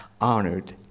honored